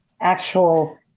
actual